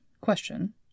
question